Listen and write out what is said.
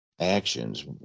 Actions